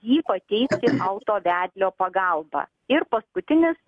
jį pateikti auto vedlio pagalba ir paskutinis